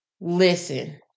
listen